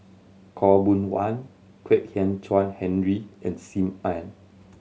Khaw Boon Wan Kwek Hian Chuan Henry and Sim Ann